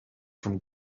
from